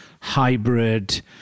hybrid